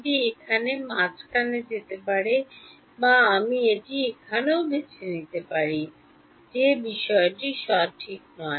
এটি এখানে মাঝখানে যেতে পারে বা আমি এটি এখানেও বেছে নিতে পারি যে বিষয়টি ঠিক নয়